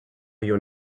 your